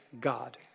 god